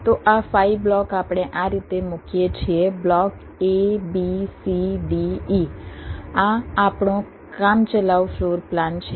તો આ 5 બ્લોક આપણે આ રીતે મુકીએ છીએ block a b c d e આ આપણો કામચલાઉ ફ્લોર પ્લાન છે